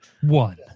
one